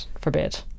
forbid